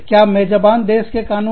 क्या मेजबान देश के कानून लागू होंगे